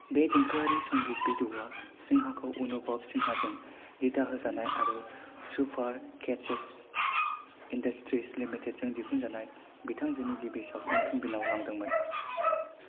बे देंखोआरि संगीत भिडिय'आ सिन्हाखौ अनुभव सिन्हाजों दिथाहोजानाय आरो सुपार कैसेटस इन्डस्ट्रिज लिमिटेडजों दिहुनजानाय बिथांजोनि गिबि सावथुन तुम बिनाव लांदोंमोन